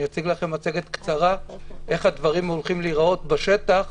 אני אציג לכם מצגת קצרה איך הדברים הולכים להיראות בשטח,